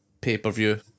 pay-per-view